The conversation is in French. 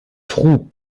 trou